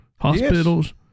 hospitals